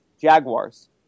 Jaguars